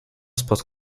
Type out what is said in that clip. spod